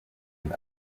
and